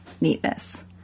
neatness